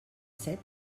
sept